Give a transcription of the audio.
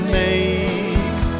make